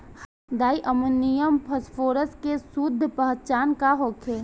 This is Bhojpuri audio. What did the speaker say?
डाई अमोनियम फास्फेट के शुद्ध पहचान का होखे?